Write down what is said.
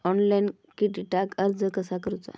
Online क्रेडिटाक अर्ज कसा करुचा?